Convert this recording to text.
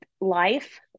life